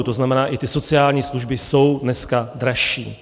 To znamená, že i ty sociální služby jsou dneska dražší.